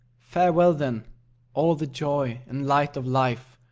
farewell then all the joy and light of life,